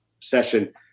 session